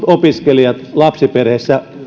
opiskelijoille lapsiperheissä